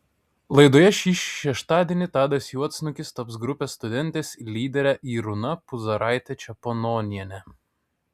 laidoje šį šeštadienį tadas juodsnukis taps grupės studentės lydere irūna puzaraite čepononiene